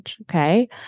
Okay